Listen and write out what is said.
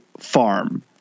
farm